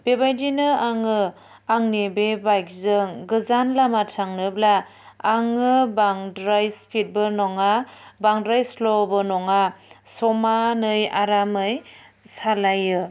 बेबायदिनो आङो आंनि बे बाइकजों गोजां लामा थांनोब्ला आङो बांद्राय स्पिडबो नङा बांद्राय स्ल'बो नङा समानै आरामै सालायो